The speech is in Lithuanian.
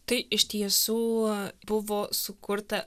tai iš tiesų buvo sukurta